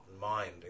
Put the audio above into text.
mind